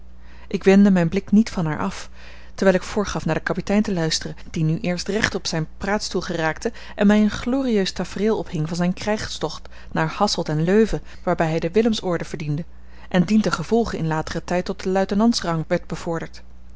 ik wendde mijn blik niet van haar af terwijl ik voorgaf naar den kapitein te luisteren die nu eerst recht op zijn praatstoel geraakte en mij een glorieus tafereel ophing van zijn krijgstocht naar hasselt en leuven waarbij hij de willemsorde verdiende en dientengevolge in lateren tijd tot den luitenantsrang werd bevorderd